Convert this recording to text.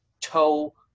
toe